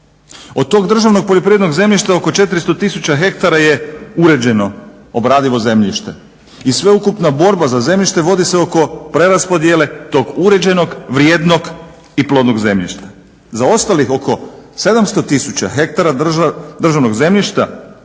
Od tog državnog poljoprivrednog zemljišta oko 400 tisuća ha je uređeno, obradivo zemljište i sveukupna borba za zemljište vodi se oko preraspodjele tog uređenog, vrijednog i plodnog zemljišta. Za ostalih oko 700 tisuća ha državnog zemljišta